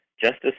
Justice